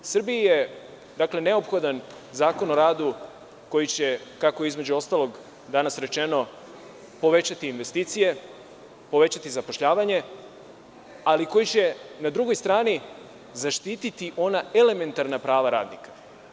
Srbiji je neophodan Zakon o radu koji će, kako je, između ostalog, danas rečeno, povećati investicije, povećati zapošljavanje, ali koji će na drugoj strani zaštiti ona elementarna prava radnika.